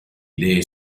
idee